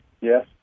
Yes